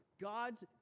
God's